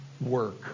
work